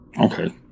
okay